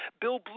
Bill